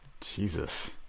Jesus